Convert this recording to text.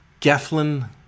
Geflin